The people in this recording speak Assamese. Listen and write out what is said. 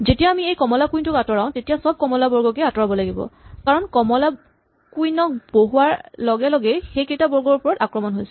যেতিয়া আমি এই কমলা কুইন ক আঁতৰাও তেতিয়া চব কমলা বৰ্গকে আঁতৰাব লাগিব কাৰণ কমলা কুইন ক বহোৱাৰ লগে লগেই সেইকেইটা বৰ্গৰ ওপৰত আক্ৰমণ হৈছিল